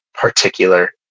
particular